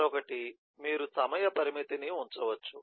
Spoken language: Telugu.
మరొకటి మీరు సమయ పరిమితిని ఉంచవచ్చు